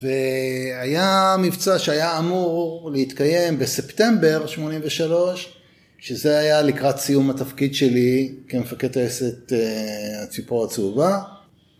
והיה מבצע שהיה אמור להתקיים בספטמבר 83' שזה היה לקראת סיום התפקיד שלי כמפקד טייסת הציפור הצהובה.